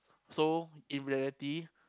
so in reality